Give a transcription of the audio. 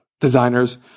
designers